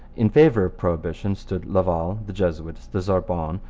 in favour of prohibition stood laval, the jesuits, the sorbonne,